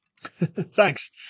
Thanks